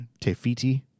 Tefiti